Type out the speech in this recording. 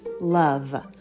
love